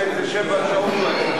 עוד איזה שבע ואתה,